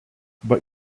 but